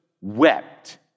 wept